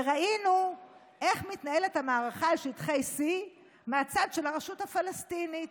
וראינו איך מתנהלת המערכה על שטחי C מהצד של הרשות הפלסטינית.